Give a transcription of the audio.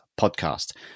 podcast